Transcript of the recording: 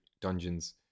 dungeons